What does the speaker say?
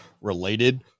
related